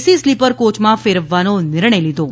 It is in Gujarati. સી સ્લીપર કોયમાં ફેરવવાનો નિર્ણય લીધો છે